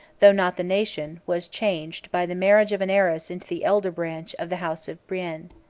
though not the nation, was changed, by the marriage of an heiress into the elder branch of the house of brienne.